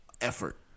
effort